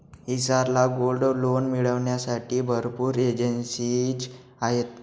हिसार ला gold loan मिळविण्यासाठी भरपूर एजेंसीज आहेत